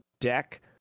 deck